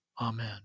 Amen